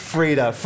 Frida